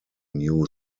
new